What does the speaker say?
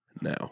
now